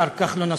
השר כחלון,